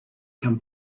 come